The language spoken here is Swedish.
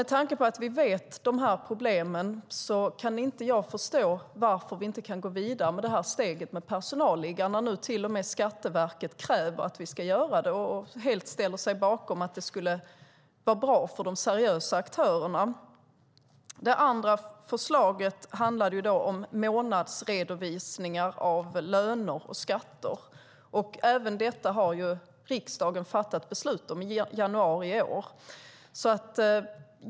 Med tanke på att vi vet detta förstår jag inte varför vi inte kan gå vidare med personalliggare när till och med Skatteverket kräver att vi ska göra det och helt ställer sig bakom att det skulle vara bra för de seriösa aktörerna. De andra förslaget handlade om månadsredovisningar av löner och skatter. Även detta fattade riksdagen beslut om i januari i år.